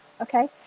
Okay